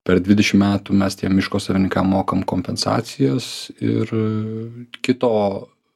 per dvidešim metų mes tiem miško savininkam mokam kompensacijas ir kito